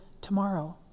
tomorrow